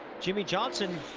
jimmie johnson.